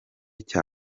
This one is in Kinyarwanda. cya